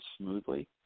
smoothly